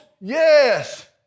yes